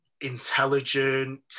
intelligent